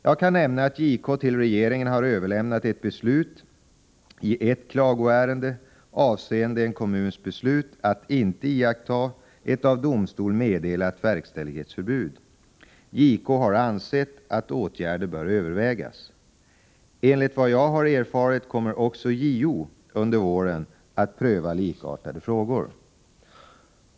Jag kan nämna att JK till regeringen har överlämnat ett beslut i ett klagoärende avseende en kommuns beslut att inte iaktta ett av domstol meddelat verkställighetsförbud. JK har ansett att åtgärder bör övervägas. Enligt vad jag har erfarit kommer också JO under våren att pröva likartade frågor.